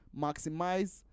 maximize